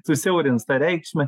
susiaurins tą reikšmę